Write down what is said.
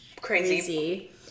Crazy